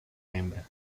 hembra